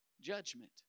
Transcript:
judgment